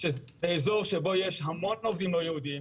שזה איזור שבו יש המון עובדים לא יהודים,